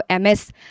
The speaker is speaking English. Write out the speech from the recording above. MS